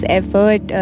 effort